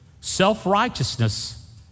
self-righteousness